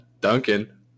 Duncan